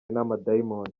n’amadayimoni